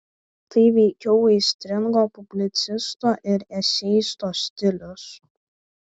tai veikiau aistringo publicisto ir eseisto stilius